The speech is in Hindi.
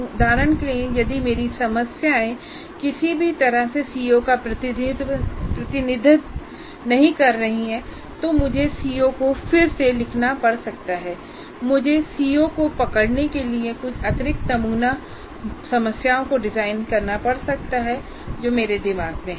उदाहरण के लिए यदि मेरी समस्याएँ किसी भी तरह से सीओ का प्रतिनिधित्व नहीं कर रही हैं तो मुझे सीओ को फिर से लिखना पड़ सकता है या मुझे सीओ को पकड़ने के लिए कुछ अतिरिक्त नमूना समस्याओं को डिजाइन करना पड़ सकता है जो मेरे दिमाग में हैं